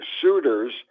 suitors